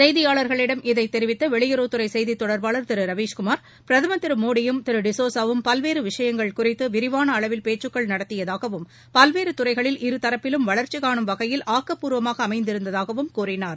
செய்தியாளர்களிடம் இதை தெரிவித்த வெளியுறவுத்துறை செய்தித் தொடர்பாளர் திரு ரவீஸ்குமார் பிரதமர் திரு மோடியும் திரு டிஸோசாவும் பல்வேறு விஷயங்கள் குறித்து விரிவான அளவில் பேச்சகள் நடத்தியதாகவும் பல்வேறு துறைகளில் இருதூப்பிலும் வளர்ச்சி காணும் வகையில் ஆக்கப்பூர்வமாக அமைந்திருந்தாகவும் கூறினார்